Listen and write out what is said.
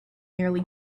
nearly